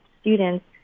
students